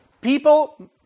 People